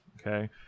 okay